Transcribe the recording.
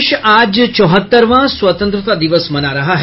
देश आज चौहत्तरवां स्वतंत्रता दिवस मना रहा है